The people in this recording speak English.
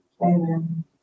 Amen